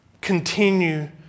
continue